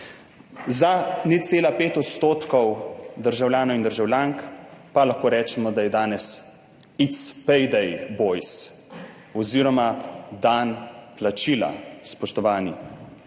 Za 0,5 odstotka državljanov in državljank pa lahko rečemo, da je danes »it's payday, boys« oziroma dan plačila, spoštovani.